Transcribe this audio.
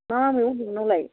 मा मैगं दं नोंनावलाय